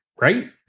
Right